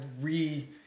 re